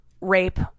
rape